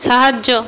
সাহায্য